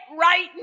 right